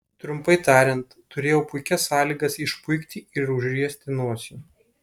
trumpai tariant turėjau puikias sąlygas išpuikti ir užriesti nosį